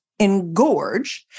engorge